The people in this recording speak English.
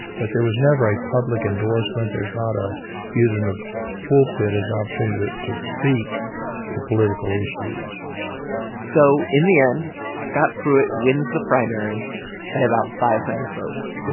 but there was never a public endorsement. there's not a using the pulpit as an opportunity to to speak to political issues so in the end, scott pruitt wins the primary by about five hundred votes